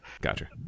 gotcha